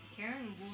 Karen